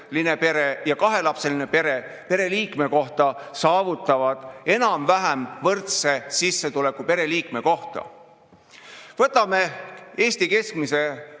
ja kahelapseline pere pereliikme kohta saavutavad enam-vähem võrdse sissetuleku pereliikme kohta. Võtame Eesti keskmise